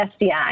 SDI